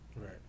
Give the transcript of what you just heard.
Right